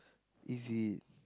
is it